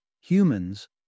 humans